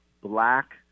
black